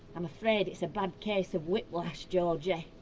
i'm afraid it's a bad case of whiplash, georgie.